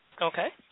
Okay